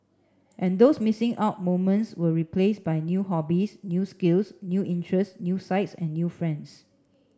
and those missing out moments were replaced by new hobbies new skills new interests new sights and new friends